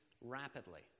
rapidly